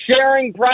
sharing